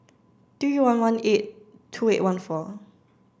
three one one eight two eight one four